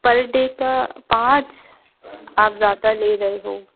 पर डे का पाँच आप ज़्यादा ले रहे हो